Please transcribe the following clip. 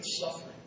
suffering